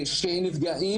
המצב קשה ולא פשוט.